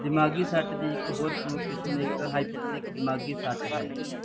ਦਿਮਾਗੀ ਸੱਟ ਦੀ ਇੱਕ ਹੋਰ ਪ੍ਰਮੁੱਖ ਕਿਸਮ ਇੱਕ ਹਾਈਪੋਕਸਿਕ ਦਿਮਾਗੀ ਸੱਟ ਹੈ